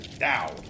now